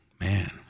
man